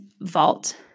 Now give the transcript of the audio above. vault